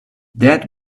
dad